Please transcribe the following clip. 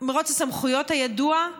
מרוץ הסמכויות הידוע,